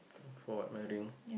for what wedding